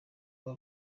kuba